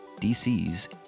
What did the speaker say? DC's